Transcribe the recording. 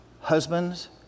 husbands